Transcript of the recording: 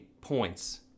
points